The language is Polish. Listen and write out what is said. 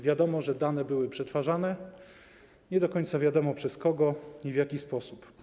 Wiadomo, że dane były przetwarzane, nie do końca wiadomo, przez kogo i w jaki sposób.